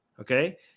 okay